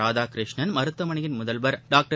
ராதாகிருஷ்ணன் மருத்துவமனையின் முதல்வர் டாக்டர்